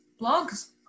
blogs